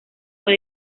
fue